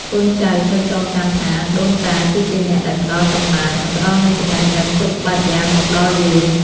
កូនចៅត្រូវចងចាំថា ដូនតាគឺជាអ្នកដែលផ្តល់កំណើត និងផ្តល់នូវចំណេះដឹងគ្រប់បែបយ៉ាងមកដល់យើង។